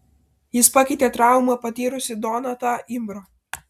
jis pakeitė traumą patyrusį donatą imbrą